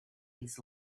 his